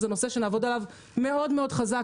שזה נושא שנעבוד עליו מאוד מאוד חזק,